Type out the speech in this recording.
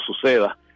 suceda